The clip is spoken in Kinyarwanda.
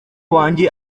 wanjye